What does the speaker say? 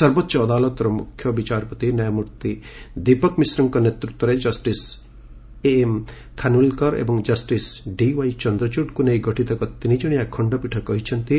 ସର୍ବୋଚ୍ଚ ଅଦାଲତର ମୁଖ୍ୟ ବିଚାରପତି ନ୍ୟାୟମ୍ଭିତ୍ତି ଦୀପକ୍ ମିଶ୍ରଙ୍କ ନେତୃତ୍ୱରେ କଷ୍ଟିସ୍ ଏଏମ୍ ଖାନ୍ୱିଲ୍କର ଏବଂ କଷ୍ଟିସ୍ ଡି ୱାଇ ଚନ୍ଦ୍ରଚଡ଼ଙ୍କୁ ନେଇ ଗଠିତ ଏକ ତିନିଜଣିଆ ଖଣ୍ଡପୀଠ କହିଛନ୍ତି